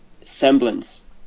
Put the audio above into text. semblance